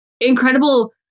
incredible